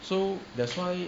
so that's why